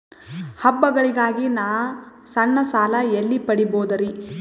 ಹಬ್ಬಗಳಿಗಾಗಿ ನಾ ಸಣ್ಣ ಸಾಲ ಎಲ್ಲಿ ಪಡಿಬೋದರಿ?